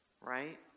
Right